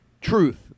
Truth